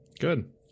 Good